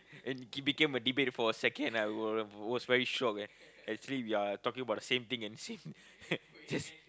and it became a debate for a second I wa~ was very shocked eh actually we are talking about the same thing and the same just